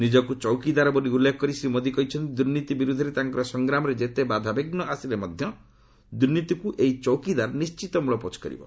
ନିଜକୁ ଚୌକିଦାର ବୋଲି ଉଲ୍ଲେଖ କରି ଶ୍ରୀ ମୋଦି କହିଛନ୍ତି ଦୂର୍ନୀତି ବିରୂଦ୍ଧରେ ତାଙ୍କର ସଂଗ୍ରାମରେ ଯେତେ ବାଧା ବିଘୁ ଆସିଲେ ମଧ୍ୟ ଦୁର୍ନୀତିକୁ ଏହି ଚୌକିଦାର ନିଶ୍ଚିତ ମୂଳପୋଛ କରିବ